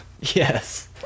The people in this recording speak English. Yes